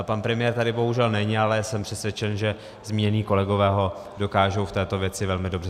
Pan premiér tady bohužel není, ale jsem přesvědčen, že zmínění kolegové ho dokážou v této věci velmi dobře zastoupit.